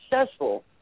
successful